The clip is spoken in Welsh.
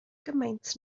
gymaint